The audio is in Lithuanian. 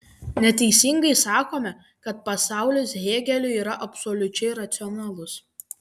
neteisingai sakome kad pasaulis hėgeliui yra absoliučiai racionalus